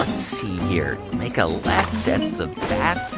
ah see here. make a left at the bathtub,